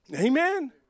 Amen